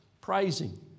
praising